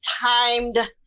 timed